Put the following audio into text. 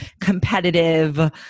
competitive